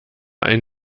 ein